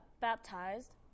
baptized